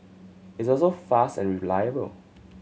it's also fast and reliable